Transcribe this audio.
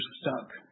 stuck